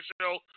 Show